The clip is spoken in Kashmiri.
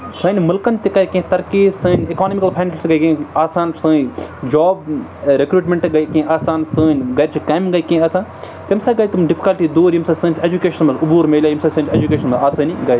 سٲنۍ مُلکَن تہِ کَرِ کینٛہہ ترقی سٲنۍ اِکانمِکَل فنٛڈٕس تہِ گٔے کینٛہہ آسان سٲنۍ جاب رِکروٗٹمٮ۪نٛٹ گٔے کینٛہہ آسان سٲنۍ گَرِکۍ کَمہِ گٔے کینٛہہ آسان تَمہِ ساتہٕ گٔے تِم ڈِفِکَلٹی دوٗر ییٚمہِ ساتہٕ سٲنِس ایجوکیشَن مَنٛز اوٚبوٗر ملہِ ییٚمہِ ساتہٕ سٲنِس ایجوکیشَن مَنٛز آسٲنی گٔے